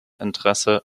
interesse